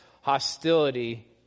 hostility